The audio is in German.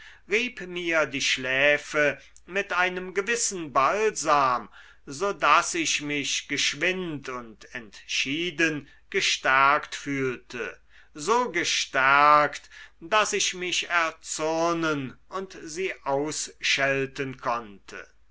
rieb mir die schläfe mit einem gewissen balsam so daß ich mich geschwind und entschieden gestärkt fühlte so gestärkt daß ich mich erzürnen und sie ausschelten konnte